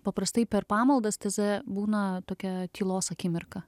paprastai per pamaldas teze būna tokia tylos akimirka